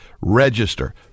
Register